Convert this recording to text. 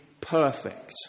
perfect